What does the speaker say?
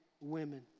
women